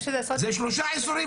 זה שלושה עשורים.